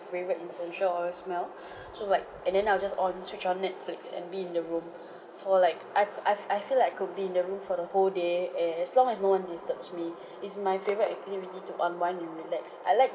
favourite essential oil smell so like and then I'll just on switch on netflix and be in the room for like I I've I feel like could be in the room for the whole day as long as no one disturbs me it's my favourite activity to unwind and relax I like